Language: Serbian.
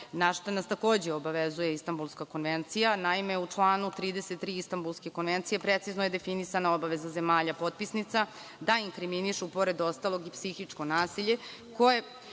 na šta nas takođe obavezuje Istanbulske konvencija. Naime, u članu 33. Istanbulske konvencije precizno je definisana obaveza zemalja potpisnica da inkriminišu, pored ostalog, i psihičko nasilje koje